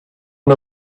one